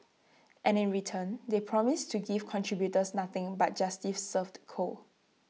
and in return they promise to give contributors nothing but justice served cold